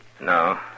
No